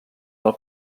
del